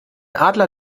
adler